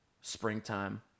springtime